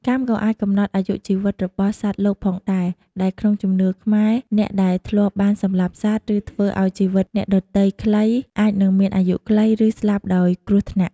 កម្មក៏អាចកំណត់អាយុជីវិតរបស់សត្វលោកផងដែរ ដែលក្នុងជំនឿខ្មែរអ្នកដែលធ្លាប់បានសម្លាប់សត្វ ឬធ្វើឲ្យជីវិតអ្នកដទៃខ្លី អាចនឹងមានអាយុខ្លី ឬស្លាប់ដោយគ្រោះថ្នាក់។